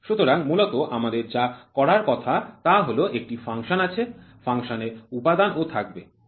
সুতরাং মূলত আমাদের যা করার কথা তা হল একটি ফাংশন আছে ফাংশানের উপাদান ও থাকবে ঠিক আছে